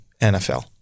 NFL